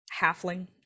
halfling